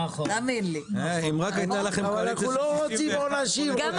אבל אנחנו לא רוצים להעניש, אנחנו רוצים לעבוד.